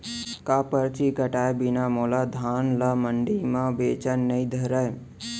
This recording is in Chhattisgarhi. का परची कटाय बिना मोला धान ल मंडी म बेचन नई धरय?